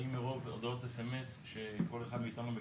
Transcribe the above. האם מרוב הודעות S.M.S שכל אחד מאתנו מקבל,